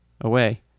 away